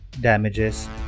damages